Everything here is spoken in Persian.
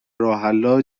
راهحلها